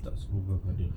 tak semua orang ada